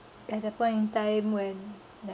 at that point in time when